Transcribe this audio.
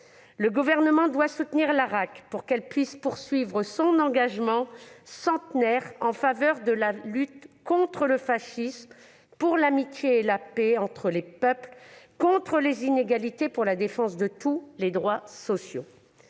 Le Gouvernement doit soutenir cette association afin qu'elle poursuive son engagement centenaire en faveur de la lutte contre le fascisme, pour l'amitié et la paix entre les peuples, contre les inégalités, pour la défense de tous les droits sociaux.